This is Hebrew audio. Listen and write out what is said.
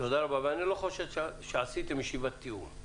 תודה רבה, ואני לא חושד שעשיתם ישיבת תיאום.